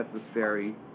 necessary